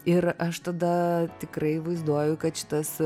ir aš tada tikrai vaizduoju kad šitas